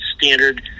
standard